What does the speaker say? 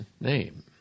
name